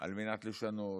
על מנת לשנות,